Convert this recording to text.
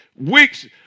weeks